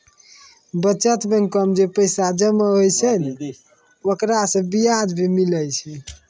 बचत बैंक मे जे पैसा जमा होय छै ओकरा से बियाज भी मिलै छै